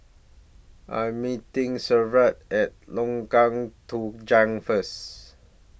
I Am meeting Severt At Lengkong Tujuh First